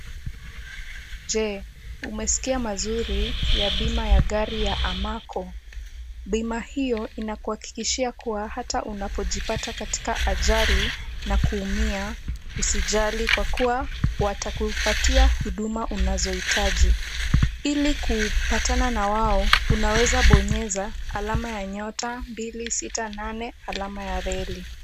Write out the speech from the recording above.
Je, umeiskia mazuri ya bima ya gari ya amarco? . Bima hiyo inakuhakikishia kuwa ata unapo jipata katika ajali na kuumia usijali kwa kuwa watakupatia huduma unazo hitaji, ili kupatana na wao unaweza bonyeza alama ya nyota mbili sita nane alama ya reli.